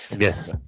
Yes